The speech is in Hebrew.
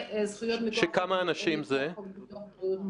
זכויות מכוח חוק ביטוח בריאות ממלכתי.